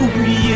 oublié